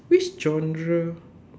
which genre